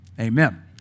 Amen